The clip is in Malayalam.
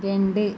രണ്ട്